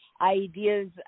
ideas